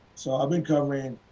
so i have been covering,